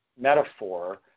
metaphor